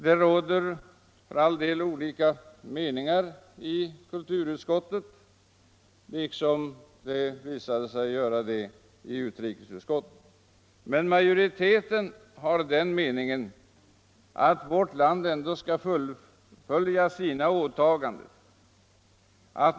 Det råder för all del olika meningar i kulturutskottet — liksom det visade sig göra i utrikesutskottet —- men majoriteten har den meningen att vårt land ändå skall fullfölja sina åtaganden.